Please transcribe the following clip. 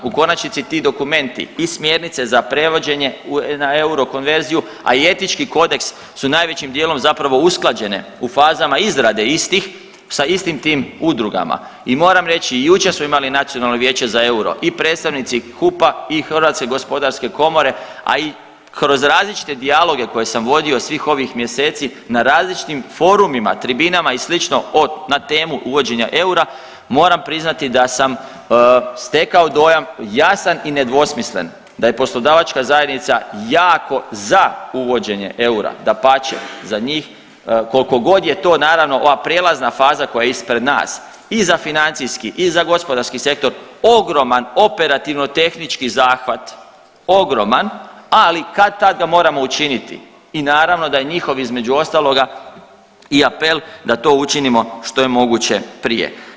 U konačnici, ti dokumenti i smjernice za prevođenje na euro konverziju, a i Etički kodeks su najvećim dijelom zapravo usklađene u fazama izrade istih sa istim tim udrugama i moram reći i jučer smo imali Nacionalno vijeće za euro, i predstavnici HUP-a i HGK-a i kroz različite dijaloge koje sam vodio svih ovih mjeseci na različitim forumima, tribinama i slično, od, na temu uvođenja eura, moram priznati da sam stekao dojam jasan i nedvosmislen da je poslodavačka zajednica jako za uvođenje eura, dapače, za njih, koliko god je to naravno, ova prijelazna faza koja je ispred nas, i za financijski i za gospodarski sektor ogroman operativno-tehnički zahvat, ogroman, ali kad-tad ga moramo učiniti i naravno da njihov, između ostaloga i apel da to učinimo što je moguće prije.